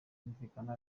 kumvikana